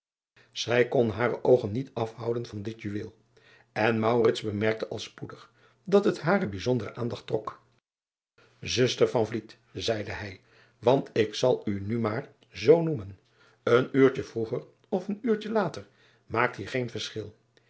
ij kon hare oogen niet afhouden van dit juweel en bemerkte al spoedig dat het hare bijzondere aandacht trok uster zeide hij want ik zal u nu maar zoo noemen een uurtje vroeger of driaan oosjes zn et leven van aurits ijnslager een uurtje later maakt hier geen verschil